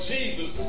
Jesus